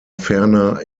ferner